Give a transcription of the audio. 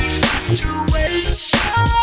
situation